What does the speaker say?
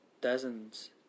dozens